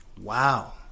Wow